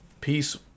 peace